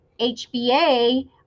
HBA